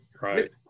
right